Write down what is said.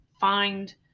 find